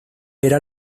era